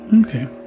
Okay